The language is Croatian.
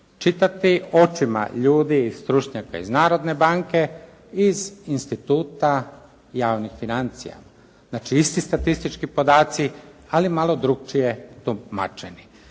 čitati očima ljudi i stručnjaka iz Narodne banke, iz Instituta javnih financija. Znači, isti statistički podaci, ali malo drukčije tumačeni.